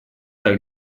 как